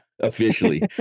officially